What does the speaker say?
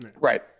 right